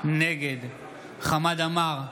נגד חמד עמאר,